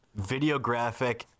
videographic